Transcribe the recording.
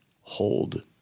hold